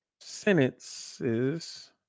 sentences